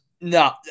No